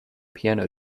piano